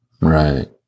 Right